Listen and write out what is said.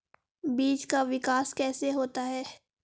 बीज का विकास कैसे होता है?